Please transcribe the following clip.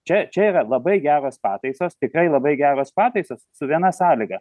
čia čia yra labai geros pataisos tikrai labai geros pataisos su viena sąlyga